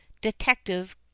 detective